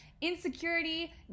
insecurity